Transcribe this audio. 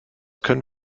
können